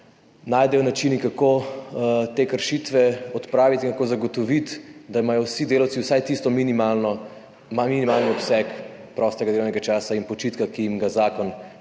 najde način, kako te kršitve odpraviti in kako zagotoviti, da imajo vsi delavci vsaj tisti minimalni obseg prostega delovnega časa in počitka, ki jim ga zakon